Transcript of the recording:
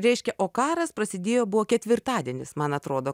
reiškia o karas prasidėjo buvo ketvirtadienis man atrodo